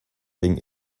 wegen